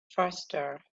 faster